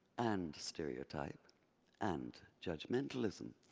and stereotype and judgmentalism.